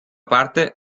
parte